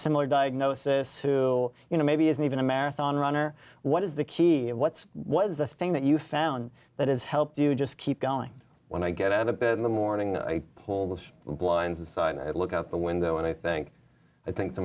similar diagnosis who you know maybe isn't even a math on runner what is the key what's was the thing that you found that has helped you just keep going when i get out of bed in the morning i pull the blinds aside and look out the window and i think i think to